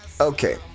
Okay